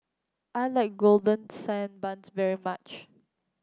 I like Golden Sand Buns very much